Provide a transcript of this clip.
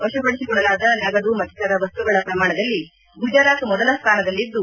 ವಶಪಡಿಸಿಕೊಳ್ಳಲಾದ ನಗದು ಮತ್ತಿತರ ವಸ್ತುಗಳ ಪ್ರಮಾಣದಲ್ಲಿ ಗುಜರಾತ್ ಮೊದಲ ಸ್ಥಾನದಲ್ಲಿದ್ದು